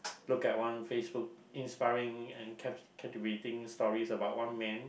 look at one Facebook inspiring and captivating stories about one man